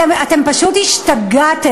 אתם פשוט השתגעתם.